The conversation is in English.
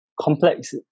complex